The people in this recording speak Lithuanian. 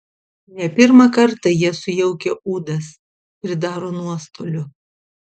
ne pirmą kartą jie sujaukia ūdas pridaro nuostolių